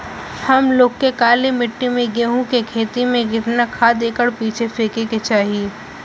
हम लोग के काली मिट्टी में गेहूँ के खेती में कितना खाद एकड़ पीछे फेके के चाही?